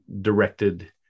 directed